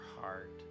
heart